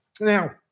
Now